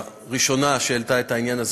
כראשונה שהעלתה את העניין הזה,